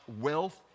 wealth